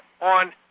on